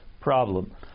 problem